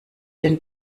den